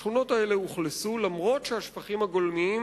השכונות האלה אוכלסו אף-על-פי שהשפכים הגולמיים